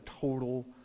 total